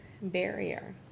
barrier